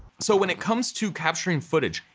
so when it comes to capturing footage,